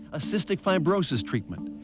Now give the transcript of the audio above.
a cystic fibrosis treatment,